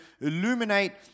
illuminate